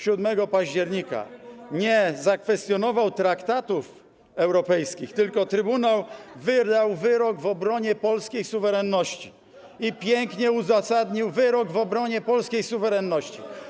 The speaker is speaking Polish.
7 października nie zakwestionował traktatów europejskich, tylko trybunał wydał wyrok w obronie polskiej suwerenności i pięknie uzasadnił wyrok w obronie polskiej suwerenności.